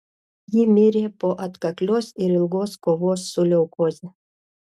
ji mirė po atkaklios ir ilgos kovos su leukoze